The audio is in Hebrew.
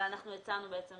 אבל אנחנו הצענו בעצם